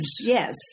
Yes